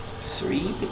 Three